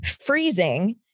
freezing